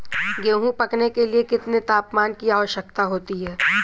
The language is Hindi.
गेहूँ पकने के लिए कितने तापमान की आवश्यकता होती है?